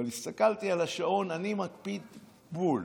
אבל הסתכלתי על השעון, אני מקפיד בול.